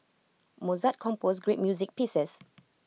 Mozart composed great music pieces